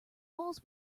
walls